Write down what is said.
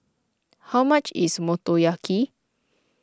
how much is Motoyaki